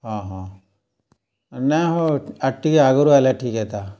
ହଁ ହଁ ନାଇଁ ହୋ ଆର୍ ଟିକେ ଆଗ୍ରୁ ଆଏଲେ ଠିକ୍ ହେତା